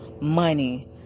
money